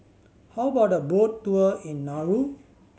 how about a boat tour in Nauru